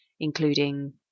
Including